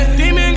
demon